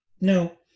No